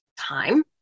time